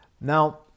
Now